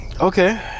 okay